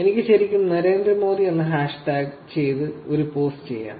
എനിക്ക് ശരിക്കും നരേന്ദ്രമോദി എന്ന ഹാഷ്ടാഗ് ചെയ്ത് ഒരു പോസ്റ്റ് ചെയ്യാം